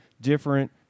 different